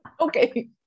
Okay